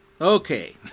Okay